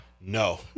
No